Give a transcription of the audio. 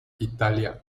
italia